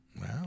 Wow